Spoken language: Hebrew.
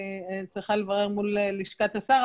אני צריכה לברר מול לשכת השר,